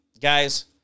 guys